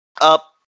up